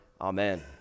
amen